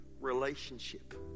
relationship